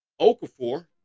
Okafor